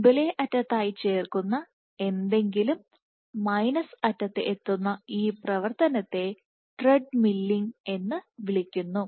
മുൻപിലെ അറ്റത്തായി ചേർക്കുന്ന എന്തെങ്കിലും മൈനസ് അറ്റത്ത് എത്തുന്ന ഈ പ്രവർത്തനത്തെ ട്രെഡ്മില്ലിംഗ് എന്ന് വിളിക്കുന്നു